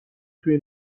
توی